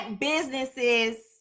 businesses